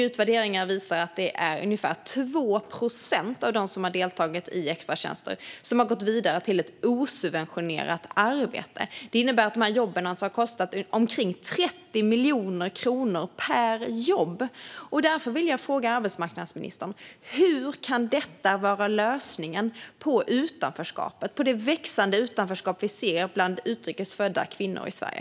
Utvärderingar visar att ungefär 2 procent av dem som har deltagit i extratjänster har gått vidare till ett osubventionerat arbete, vilket innebär att dessa jobb alltså har kostat omkring 30 miljoner kronor per jobb. Jag vill därför fråga arbetsmarknadsministern: Hur kan detta vara lösningen på det växande utanförskap vi ser bland utrikes födda kvinnor i Sverige?